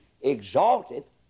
exalteth